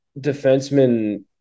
defenseman